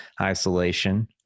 isolation